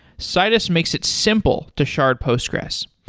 citus makes it simple to shard postgres.